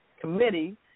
Committee